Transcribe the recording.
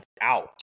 out